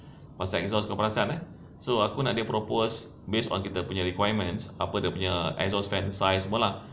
was exhaust kau perasan eh so aku nak dia propose based on kita punya requirements apa dia punya exhaust fan size semua lah